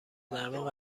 درمان